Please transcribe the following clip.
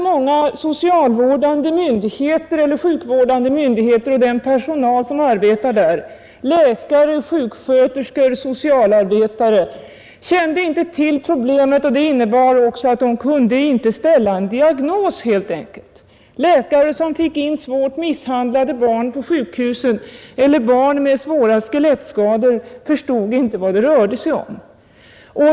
Många socialvårdande myndigheter eller sjukvårdande myndigheter och personalen där — läkare, sjuksköterskor, socialarbetare — kände inte till problemet, och det innebar att de helt enkelt inte kunde ställa en diagnos. Läkare, som fick in svårt misshandlade barn på sjukhuset eller barn med svåra skelettskador, förstod inte vad det rörde sig om.